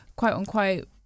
quote-unquote